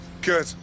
Good